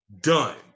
Done